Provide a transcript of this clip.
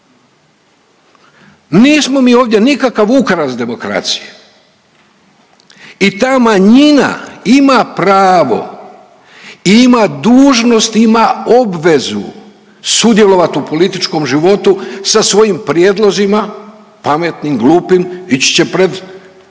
Nismo mi ovdje nikakav ukras demokracije. I ta manjina ima pravo i ima dužnost, ima obvezu sudjelovati u političkom životu sa svojim prijedlozima, pametnim, glupim ići će pred